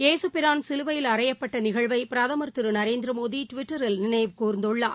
ஏசுபிரான் சிலுவையில் அறையப்பட்ட நிகழ்வை பிரதமர் திரு நரேந்திரமோடி டுவிட்டரில் நினைவு கூர்ந்துள்ளார்